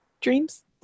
dreams